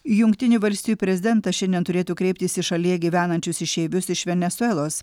jungtinių valstijų prezidentas šiandien turėtų kreiptis į šalyje gyvenančius išeivius iš venesuelos